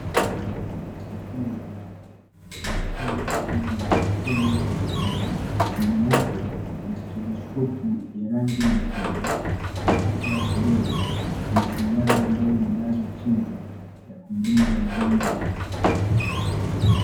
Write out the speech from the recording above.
Chupa hii ya dawa ina chanjo kwa jina la Polio Vaccine, nyuma yake kuna stethoskopu ya rangi nyekundu na hapa mbele kuna sindano ambayo imelazwa chini ya kumdunga mgonjwa.